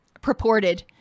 purported